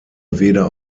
weder